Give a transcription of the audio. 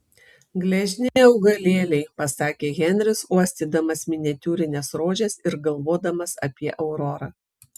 gležni augalėliai pasakė henris uostydamas miniatiūrines rožes ir galvodamas apie aurorą